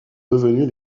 devenues